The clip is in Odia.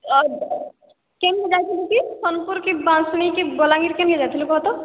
ଆଉ କେନ୍ତି ଯାଇଥିଲୁ କି ସୋନପୁର କି ବାସୁଣୀ କି ବଲାଙ୍ଗୀର କେନେ ଯାଇଥିଲୁ କହ ତ